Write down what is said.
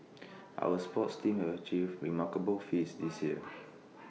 our sports teams have achieved remarkable feats this year